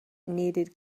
needed